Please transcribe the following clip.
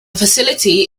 facility